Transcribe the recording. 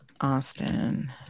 austin